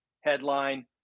headline